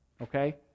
okay